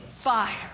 fire